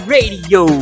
Radio